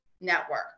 network